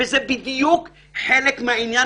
זה בדיוק חלק מהעניין,